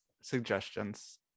suggestions